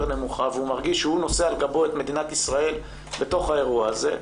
נמוכה והוא מרגיש שהוא נושא על גבו את מדינת ישראל בתוך האירוע הזה,